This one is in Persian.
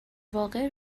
واقع